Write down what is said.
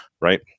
right